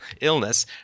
illness